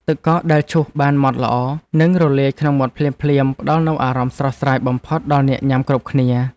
ទឹកកកដែលឈូសបានម៉ត់ល្អនិងរលាយក្នុងមាត់ភ្លាមៗផ្តល់នូវអារម្មណ៍ស្រស់ស្រាយបំផុតដល់អ្នកញ៉ាំគ្រប់គ្នា។